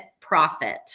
profit